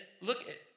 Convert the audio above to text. look